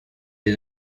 des